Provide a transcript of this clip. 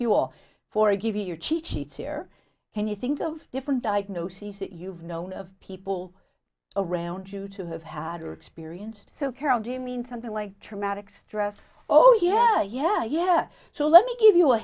or forgive your chichi chair can you think of different diagnoses that you've known of people around you to have had or experienced so carol do you mean something like traumatic stress oh yeah yeah yeah so let me give you a